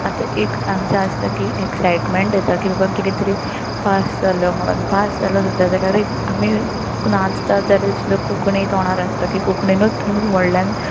आतां एक आमचें आसता की एक्सायटमँट येता की बाबा किदें तरी पास जालो म्हुणून पास जालो सुद्दा जाल्यारूय आमी नाचता जाल्यार सुद्दा कोंकणी तोंडार आसाता की कोंकणीनूच आमी व्हडल्यान